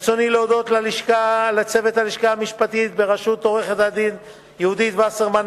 ברצוני להודות לצוות הלשכה המשפטית בראשות עורכת-הדין יהודית וסרמן,